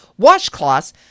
washcloths